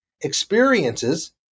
experiences